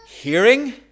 hearing